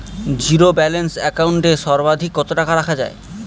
Zero balance account এ সর্বাধিক কত টাকা রাখা য়ায়?